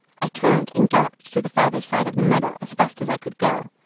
i turned and galloped to the further side of the meadow as fast as i could go,